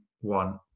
one